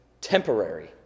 temporary